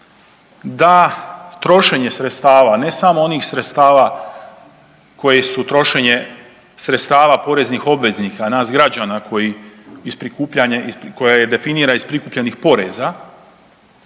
da trošenje sredstava ne samo onih sredstava koje su trošenje sredstava poreznih obveznika, a nas građana koje definira iz prikupljenih poreza